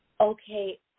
Okay